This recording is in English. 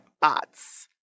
bots